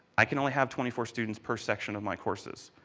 i can only have twenty four students per section of my courses.